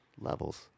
Levels